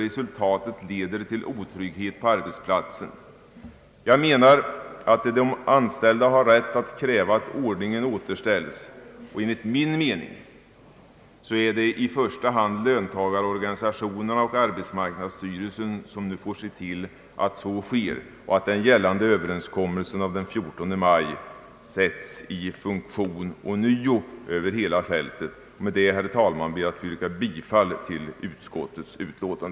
Resultatet härav blir otrygghet på arbetsplatsen. De anställda har rätt att kräva att ordningen återställs. Det är enligt min mening i första hand löntagarorganisationerna och arbetsmarknadsstyrelsen som får se till att så sker och att den gällande överenskommelsen av den 14 maj 1968 ånyo sätts i funktion över hela fältet. Med det anförda, herr talman, ber jag att få yrka bifall till utskottets hemställan.